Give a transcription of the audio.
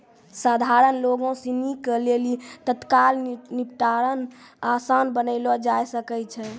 सधारण लोगो सिनी के लेली तत्काल निपटारा असान बनैलो जाय सकै छै